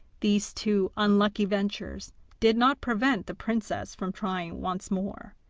these two unlucky ventures did not prevent the princess from trying once more.